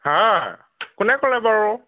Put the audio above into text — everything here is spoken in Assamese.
হাঁ কোনে ক'লে বাৰু